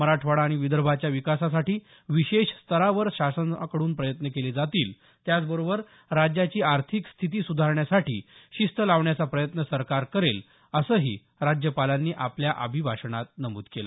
मराठवाडा आणि विदर्भाच्या विकासासाठी विशेष स्तरावर शासनाकडून प्रयत्न केले जातील त्याचबरोबर राज्याची आर्थिक स्थिती सुधारण्यासाठी शिस्त लावण्याचा प्रयत्न सरकार करेल असंही राज्यपालांनी आपल्या भाषणात नमूद केल